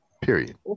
period